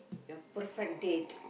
your perfect date